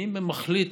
מי מחליט?